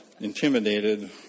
intimidated